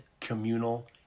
communal